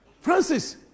Francis